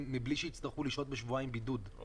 מבלי שיצטרכו לשהות בשבועיים בידוד הוא